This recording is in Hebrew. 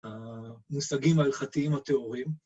‫המושגים ההלכתיים הטהוריים.